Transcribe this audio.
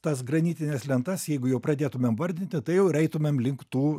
tas granitines lentas jeigu jau pradėtumėm vardinti tai jau ir eitumėm link tų